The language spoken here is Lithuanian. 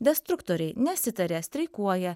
destruktoriai nesitaria streikuoja